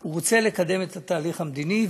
הוא רוצה לקדם את התהליך המדיני.